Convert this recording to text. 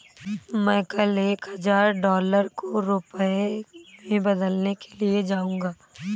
मैं कल एक हजार डॉलर को रुपया में बदलने के लिए जाऊंगा